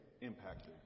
impacted